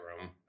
room